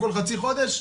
כל חצי חודש,